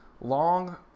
long